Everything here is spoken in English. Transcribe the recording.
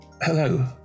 Hello